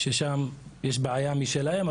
ששם יש בעיה משלהם,